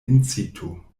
incitu